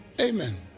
Amen